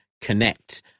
Connect